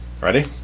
Ready